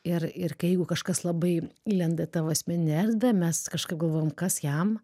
ir ir kai jeigu kažkas labai įlenda į tavo asmeninę erdvę mes kažkaip galvojam kas jam